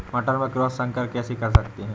मटर में क्रॉस संकर कैसे कर सकते हैं?